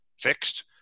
fixed